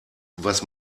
was